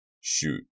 Shoot